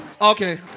Okay